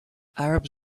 arabs